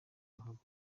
ruhago